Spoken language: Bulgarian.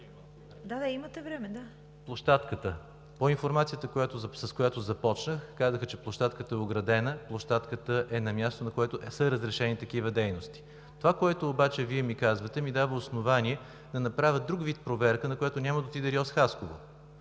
площадката – по информацията, с която започнах. Казаха, че площадката е оградена. Площадката е на място, където са разрешени такива дейности. Това, което обаче Вие ми казвате, ми дава основание да направя друг вид проверка, на която няма да отиде РИОСВ – Хасково.